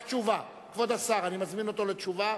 רק תשובה, כבוד השר, אני מזמין אותו לתשובה.